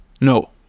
No